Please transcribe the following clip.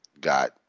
got